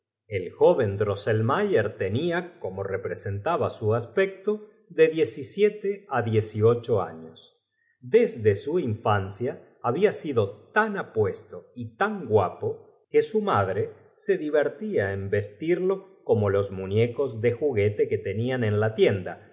el joven drosselmayet tenia como representaba su aspecto de diecisiete á dio ahora abraza á tu ti o ciocho aiíos desde su infancia había sido el muchacho vaci laba porque el tio tan apuesto y tan guapo que su madre se drosselmayer con su levitón amatillo di vertía en vestido como los muiíecos de hecho jirones la cabeza enteramente cal juguete que tenían en la tiend